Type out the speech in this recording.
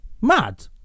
Mad